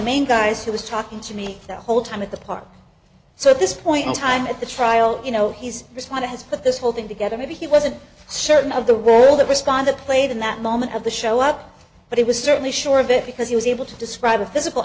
main guys he was talking to me the whole time at the park so at this point in time at the trial you know he's just want to have put this whole thing together maybe he wasn't certain of the world that responded played in that moment of the show up but it was certainly sure of it because he was able to describe a physical